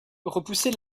repousser